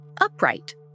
upright